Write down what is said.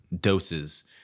doses